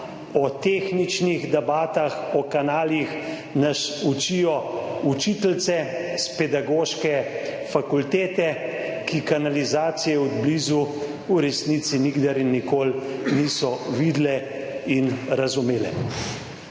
O tehničnih debatah, o kanalih nas učijo učiteljice s Pedagoške fakultete, ki kanalizacije od blizu v resnici nikdar in nikoli niso videle in razumele.